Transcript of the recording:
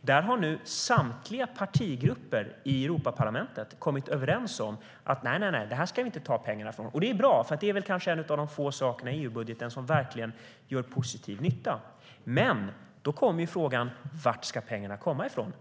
Nu har dock samtliga partigrupper i Europaparlamentet kommit överens om att man inte ska ta pengar därifrån. Det är bra, för det är en av de få sakerna i EU-budgeten som verkligen gör positiv nytta. Men då infinner sig frågan: Var ska pengarna komma ifrån?